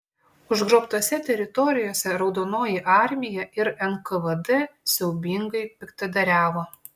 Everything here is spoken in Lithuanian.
užgrobtose teritorijose raudonoji armija ir nkvd siaubingai piktadariavo